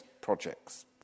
projects